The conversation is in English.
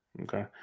Okay